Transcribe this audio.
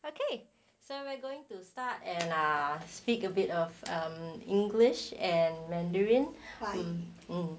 okay so we're going to start and ah speak um a bit of english and mandarin